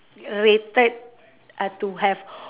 rated uh to have